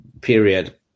period